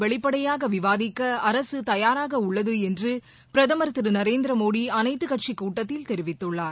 வெளிப்படையாக விவாதிக்க அரசு தயாராக உள்ளது என்று பிரதமர் திரு நரேந்திர மோடி அனைத்துக் கட்சி கூட்டத்தில் தெரிவித்தார்